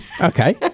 Okay